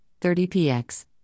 30px